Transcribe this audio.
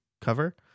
cover